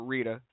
Rita